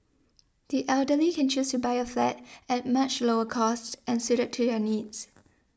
the elderly can choose to buy a flat at much lower cost and suited to their needs